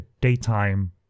daytime